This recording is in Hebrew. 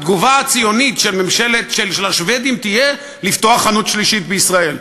התגובה הציונית של השבדים תהיה לפתוח חנות שלישית בישראל,